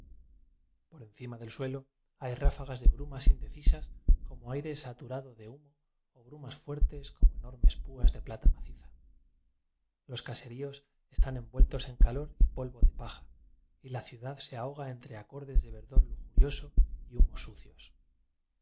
por encima del suelo hay ráfagas de bru mas indecisas como aire saturado de humo o brumas fuertes como enormes púas de plata maciza los caseríos están envueltos en calor y polvo de paja y la ciudad se ahoga entre acordes de verdor lujurioso y r humos sucios la